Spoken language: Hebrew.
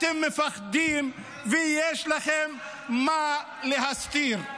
אתם מפחדים, ויש לכם מה להסתיר.